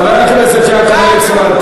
חבר הכנסת יעקב ליצמן,